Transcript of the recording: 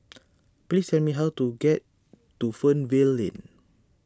please tell me how to get to Fernvale Lane